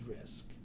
risk